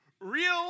real